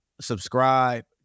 subscribe